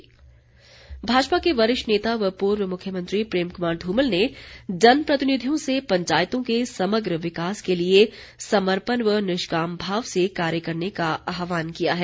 धूमल भाजपा के वरिष्ठ नेता व पूर्व मुख्यमंत्री प्रेम कुमार धूमल ने जनप्रतिनिधियों से पंचायतों के समग्र विकास के लिए समर्पण व निष्काम भाव से कार्य करने का आहवान किया है